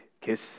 kiss